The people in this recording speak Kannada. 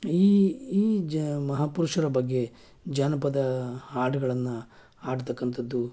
ಈ ಈ ಜ ಮಹಾ ಪುರುಷರ ಬಗ್ಗೆ ಜಾನಪದ ಹಾಡುಗಳನ್ನು ಹಾಡ್ತಕ್ಕಂಥದ್ದು